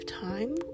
time